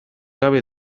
gabe